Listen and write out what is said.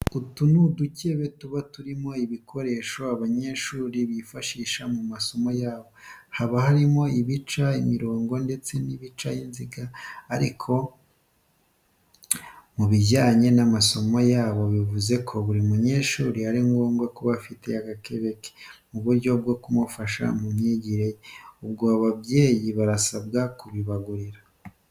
Utu ni udukebe tuba turimo ibikoresho abanyeshuri bifashisha mu masomo yabo, haba harimo ibica imirongo ndetse n'ibica inziga ariko mu bijyanye n'amasomo bivuze ko buri munyeshuri ari ngombwa kuba afite aka gakebe mu buryo bwo kumufasha mu myigire ye, ubwo ababyeyi barasabwa kubibagurira.